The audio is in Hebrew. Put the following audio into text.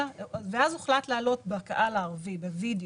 ואז הוחלט להעלות לקהל הערבי בווידיאו,